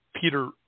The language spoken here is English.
Peter